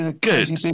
Good